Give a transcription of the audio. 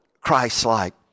Christ-like